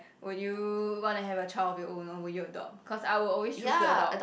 would you wanna have a child of your own or would you adopt cause I would always choose to adopt